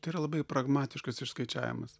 tai yra labai pragmatiškas išskaičiavimas